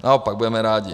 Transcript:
Naopak budeme rádi.